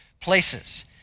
places